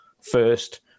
first